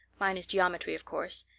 mine is geometry of course,